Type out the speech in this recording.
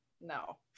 no